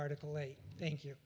article a thank you